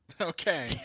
Okay